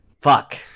Fuck